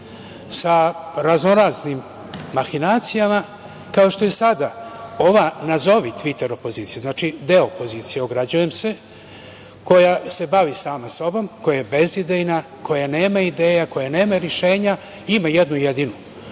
sa raznoraznim mahinacijama, kao što je sada ova, nazovi tviter opozicija. Znači, deo opozicije, ograđujem se, koja se bavi samim sobom, koja je bezidejna, koja nema ideja, nema rešenja, ima jednu jedinu,